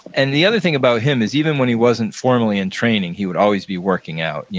and the other thing about him is even when he wasn't formally in training, he would always be working out. yeah